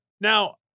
Now